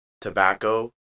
tobacco